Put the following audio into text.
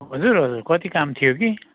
हजुर हजुर कति काम थियो कि